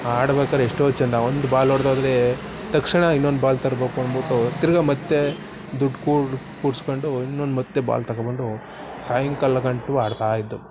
ಆ ಆಡಬೇಕಾದ್ರೆ ಎಷ್ಟೋ ಚೆಂದ ಒಂದು ಬಾಲ್ ಹೊಡ್ದು ಹೋದ್ರೆ ತಕ್ಷಣ ಇನ್ನೊಂದು ಬಾಲ್ ತರಬೇಕು ಅಂದ್ಬಿಟ್ಟು ತಿರುಗಾ ಮತ್ತು ದುಡ್ಡು ಕೂಡಿ ಕೂಡಿಸ್ಕೊಂಡು ಇನ್ನೊಂದು ಮತ್ತು ಬಾಲ್ ತಗೊಂಡ್ಬಂದು ಸಾಯಂಕಾಲ ಗಂಟ್ಲೂ ಆಡ್ತಾಯಿದ್ದೋ